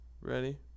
ready